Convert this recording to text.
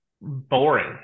boring